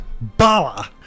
BALA